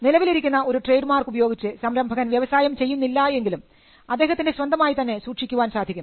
നിലവിലിരിക്കുന്ന ഒരു trademark ഉപയോഗിച്ച് സംരംഭകൻ വ്യവസായം ചെയ്യുന്നില്ല എങ്കിലും അദ്ദേഹത്തിൻറെ സ്വന്തമായി തന്നെ സൂക്ഷിക്കുവാൻ സാധിക്കും